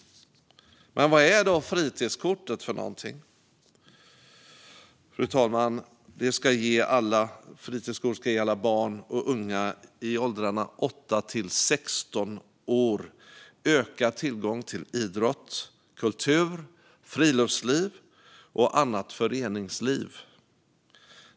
Vad är då fritidskortet för någonting, fru talman? Fritidskortet ska ge alla barn och unga i åldrarna 8-16 år ökad tillgång till idrott, kultur, friluftsliv och annat föreningsliv.